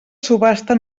subhasta